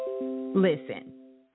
Listen